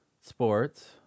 sports